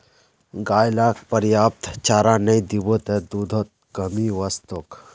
गाय लाक पर्याप्त चारा नइ दीबो त दूधत कमी वस तोक